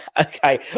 okay